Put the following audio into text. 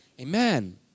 Amen